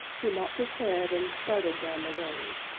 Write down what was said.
he mopped his head, and started down the road.